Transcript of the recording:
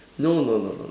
no no no no